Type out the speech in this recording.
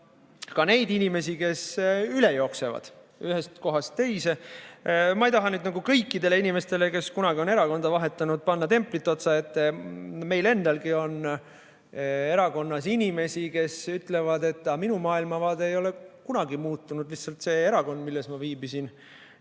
ka neid inimesi, kes üle jooksevad ühest kohast teise. Ma ei taha nüüd kõikidele inimestele, kes kunagi on erakonda vahetanud, panna templit otsa ette. Meil endalgi on erakonnas inimesi, kes ütlevad: "Aga minu maailmavaade ei ole kunagi muutunud, lihtsalt see erakond, milles ma viibisin